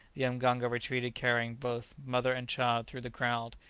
the mganga retreated carrying both mother and child through the crowd,